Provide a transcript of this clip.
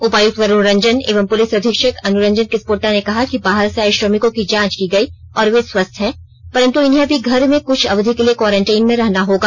उपायक्त वरुण रंजन एवं पुलिस अधीक्षक अनुरंजन किस्पोट्टा ने कहा कि बाहर से आये श्रमिकों की जांच की गई और वे स्वस्थ्य हैं परन्तु इन्हें अभी घर मे कुछ अवधि के लिए क्वारेंटीन में ही रहना होगा